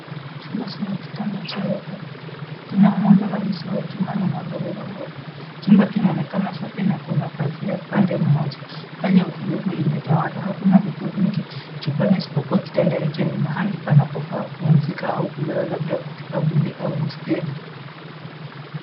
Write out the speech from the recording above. Chumba chenye kitanda cha ghorofa. Kina muundo rahisi wa chuma na magodoro meupe. Chumba kinaonekana safi na kuna pazia pande mmoja. Hali ya utulivu imetawala. Hakuna vitu vingi chumbani isipokuwa kitanda hicho. Ni mahali panapofaa kupumzika au kulala, labda katika bweni la hosteli.